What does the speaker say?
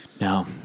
No